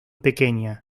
pequeña